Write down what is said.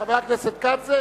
חבר הכנסת כץ,